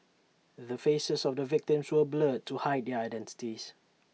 the faces of the victims were blurred to hide their identities